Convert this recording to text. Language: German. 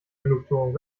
genugtuung